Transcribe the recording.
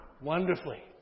wonderfully